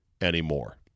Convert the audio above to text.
anymore